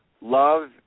love